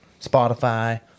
Spotify